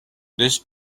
this